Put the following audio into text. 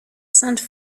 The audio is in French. sainte